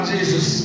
Jesus